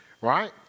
Right